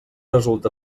resulta